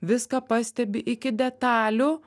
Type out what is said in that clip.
viską pastebi iki detalių